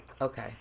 Okay